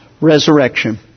resurrection